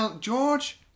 George